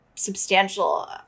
substantial